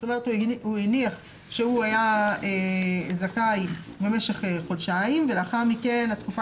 זאת אומרת הוא הניח שהוא היה זכאי במשך חודשיים ולאחר מכן התקופה